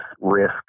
risk